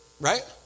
Right